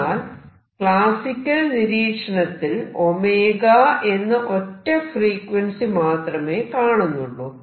എന്നാൽ ക്ലാസിക്കൽ നിരീക്ഷണത്തിൽ 𝜔 എന്ന ഒറ്റ ഫ്രീക്വൻസി മാത്രമേ കാണുന്നുള്ളൂ